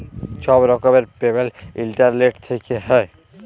ছব রকমের পেমেল্ট ইলটারলেট থ্যাইকে হ্যয়